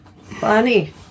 Funny